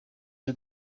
cya